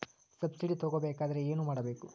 Subsidy ತಗೊಬೇಕಾದರೆ ಏನು ಮಾಡಬೇಕು?